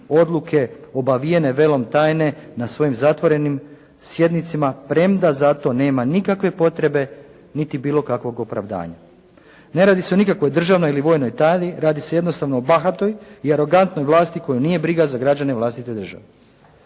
odluke obavijene velom tajne na svojim zatvorenim sjednicama, premda za to nema nikakve potrebe, niti bilo kakvog opravdanja. Ne radi se o nikakvoj državnoj ili vojnoj tajni, radi se jednostavno o bahatoj i arogantnoj vlasti koju nije briga za građane vlastite države.